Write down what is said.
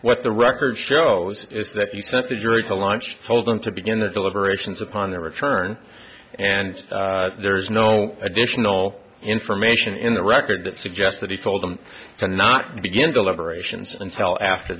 what the record shows is that you sent the jury to launch told them to begin their deliberations upon their return and there is no additional information in the record that suggests that he told them to not begin deliberations until after